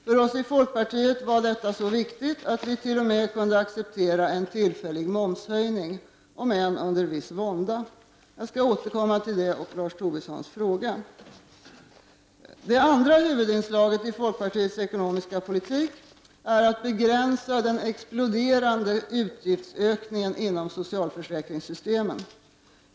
För oss i folkpartiet var detta så viktigt att vi t.o.m. kunde acceptera en tillfällig momshöjning, om än under viss vånda. Jag skall återkomma till detta och till Lars Tobissons fråga. Det andra huvudinslaget i folkpartiets ekonomiska politik är att begränsa den exploderande utgiftsökningen inom socialförsäkringssystemen.